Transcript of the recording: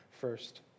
first